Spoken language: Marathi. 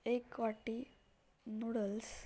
एक वाटी नूडल्स